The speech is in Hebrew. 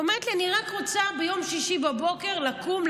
היא אומרת לי: אני רק רוצה ביום שישי בבוקר לקום,